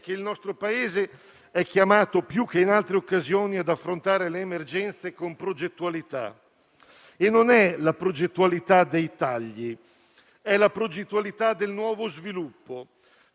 allora, che affrontare l'emergenza con progettualità è il modo con cui si tiene insieme la tempestività dell'azione e la visione del futuro.